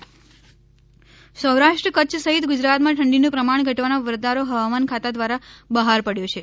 હવામાન સૌરાષ્ટ્ર કચ્છ સહિત ગુજરાતમાં ઠંડીનું પ્રમાણ ઘટવાનો વરતારો હવામાન ખાતા દ્વારા બહાર ડયો છે